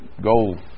go